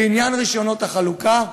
בעניין רישיונות החלוקה,